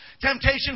temptation